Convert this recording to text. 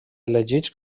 elegits